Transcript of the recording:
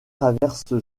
traverse